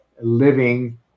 living